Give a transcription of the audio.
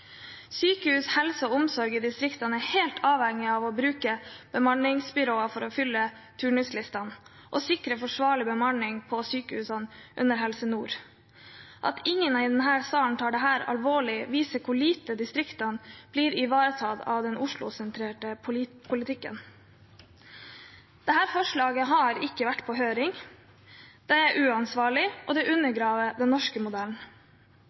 Sykehus, helse og omsorg i distriktene er helt avhengig av å bruke bemanningsbyråer for å fylle turnuslistene og sikre en forsvarlig bemanning på sykehusene under Helse Nord. At ingen i denne salen tar dette alvorlig, viser hvor lite distriktene blir ivaretatt av den Oslo-sentrerte politikken. Dette forslaget har ikke vært på høring, det er uansvarlig, og det undergraver den norske modellen.